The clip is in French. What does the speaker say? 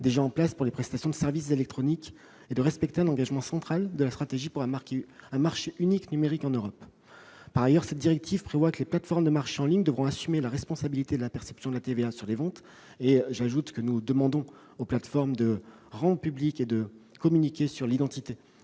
déjà en place pour les prestations de services électroniques et de respecter un engagement central de la stratégie pour un marché unique numérique en Europe. Par ailleurs, la directive prévoit que les plateformes de marché en ligne devront assumer la responsabilité de la perception de la TVA sur les ventes. J'ajoute que nous demandons aux plateformes de rendre publique et de communiquer sur l'identité